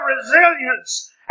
resilience